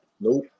Nope